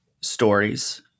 stories